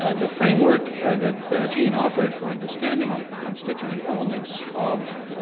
ah the framework that jean offered for understanding the constituent elements of